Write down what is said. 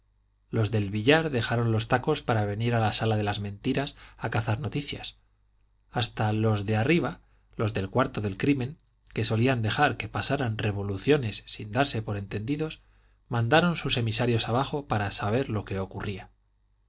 los del billar dejaron los tacos para venir a la sala de las mentiras a cazar noticias hasta los de arriba los del cuarto del crimen que solían dejar que pasaran revoluciones sin darse por entendidos mandaron sus emisarios abajo para saber lo que ocurría